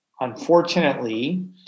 unfortunately